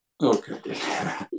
Okay